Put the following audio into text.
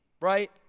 right